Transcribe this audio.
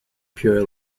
pure